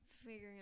figuring